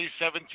2017